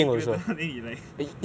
then he like